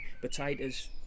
potatoes